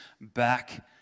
back